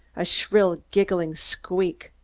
a shrill, giggling squeak.